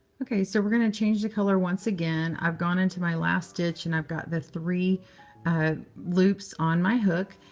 ok. so we're going to change the color once again. i've gone into my last stitch, and i've got the three loops on my hook.